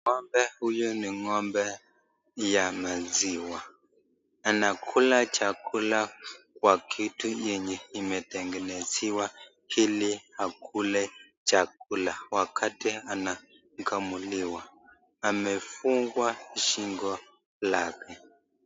Ng'ombe huyu ni ng'ombe ya maziwa anakula chakula kwa kitu yenye imetengenezewa ili akule chakula wakati anakamuliwa. Amefungwa shingo lake.